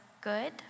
good